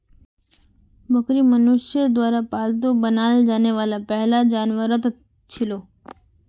बकरी मनुष्यर द्वारा पालतू बनाल जाने वाला पहला जानवरतत छिलो